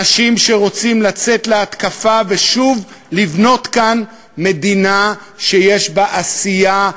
אנשים שרוצים לצאת להתקפה ושוב לבנות כאן מדינה שיש בה עשייה,